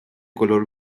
color